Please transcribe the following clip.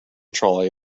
trolley